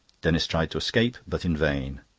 denis tried to escape, but in vain.